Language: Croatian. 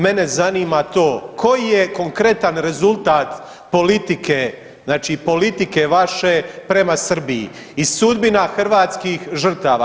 Mene zanima to koji je konkretan rezultat politike, znači politike vaše prema Srbiji i sudbina hrvatskih žrtava?